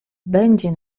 będzie